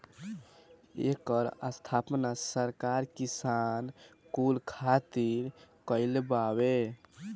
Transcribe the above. एकर स्थापना सरकार किसान कुल खातिर कईले बावे